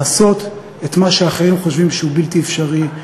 לעשות את מה שאחרים חושבים שהוא בלתי אפשרי,